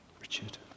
Richard